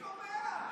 מי קובע?